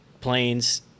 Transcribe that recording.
planes